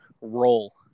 role